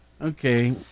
Okay